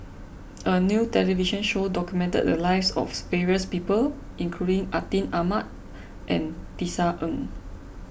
a new television show documented the lives of various people including Atin Amat and Tisa Ng